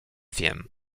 wiem